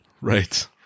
Right